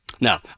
Now